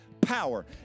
power